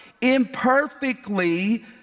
imperfectly